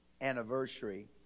anniversary